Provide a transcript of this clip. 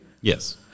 Yes